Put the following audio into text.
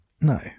No